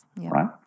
Right